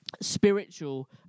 spiritual